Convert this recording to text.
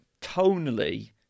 tonally